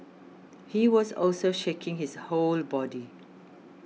he was also shaking his whole body